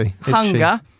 hunger